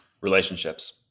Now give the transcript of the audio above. Relationships